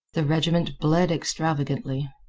the regiment bled extravagantly.